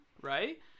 right